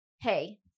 Hey